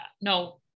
No